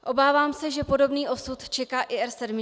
Obávám se, že podobný osud čeká i R7.